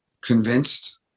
convinced